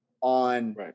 on